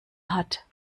hat